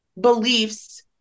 beliefs